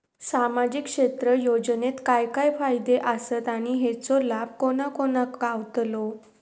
सामजिक क्षेत्र योजनेत काय काय फायदे आसत आणि हेचो लाभ कोणा कोणाक गावतलो?